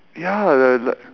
ya li~ like